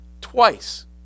twice